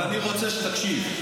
אבל אני רוצה שתקשיב.